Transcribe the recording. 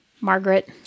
Margaret